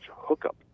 hookup